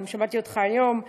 וגם שמעתי אותך היום.